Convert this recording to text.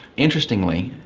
interestingly,